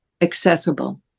accessible